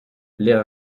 les